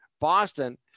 Boston